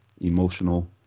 emotional